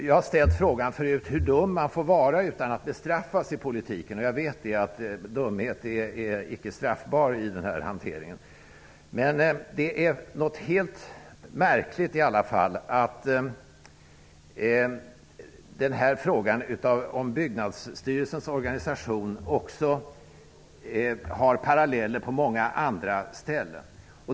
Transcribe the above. Jag har förut frågat hur dum man får vara i politiken utan att bestraffas, och jag vet nu att dumhet icke är straffbart i den här hanteringen. Det är i alla fall märkligt att frågan om Byggnadsstyrelsens organisation också har paralleller på många andra ställen.